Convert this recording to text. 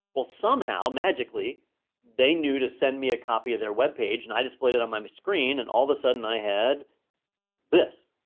well somehow magically they knew to send me a copy of their webpage and i displayed it on my screen and all of a sudden i had this,